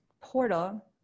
portal